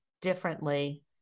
differently